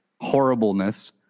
horribleness